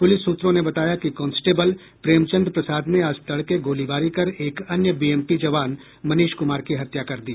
police सूत्रों ने बताया कि कांस्टेबल प्रेमचंद प्रसाद ने आज तड़के गोलीबारी कर एक अन्य बीएमपी जवान मनीष कुमार की हत्या कर दी